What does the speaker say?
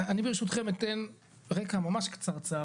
אני ברשותכם אתן רקע ממש קצרצר.